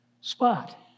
spot